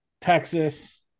Texas